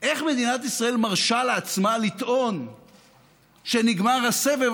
איך מדינת ישראל מרשה לעצמה לטעון שנגמר הסבב